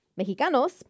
Mexicanos